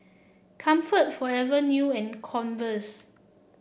Comfort Forever New and Converse